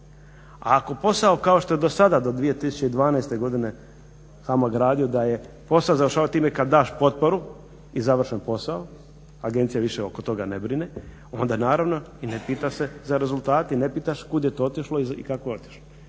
A ako posao kao što je do sada do 2012.godine HAMAG radio da je posao završavao time kada daš potporu i završen posao, agencija više oko toga ne brine, onda se naravno i ne pita za rezultate onda ne pitaš kuda je to otišlo i kako je otišlo.